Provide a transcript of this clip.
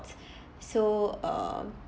so err